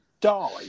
die